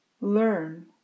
learn